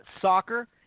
soccer